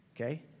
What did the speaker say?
Okay